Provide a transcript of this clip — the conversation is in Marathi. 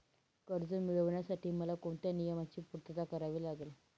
कर्ज मिळविण्यासाठी मला कोणत्या नियमांची पूर्तता करावी लागेल?